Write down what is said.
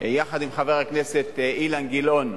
יחד עם חבר הכנסת אילן גילאון,